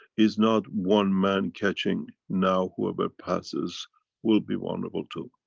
is not one man catching. now whoever passes will be vulnerable too.